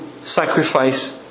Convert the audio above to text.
sacrifice